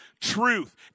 Truth